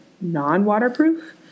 non-waterproof